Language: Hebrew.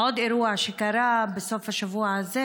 עוד אירוע שקרה בסוף השבוע הזה,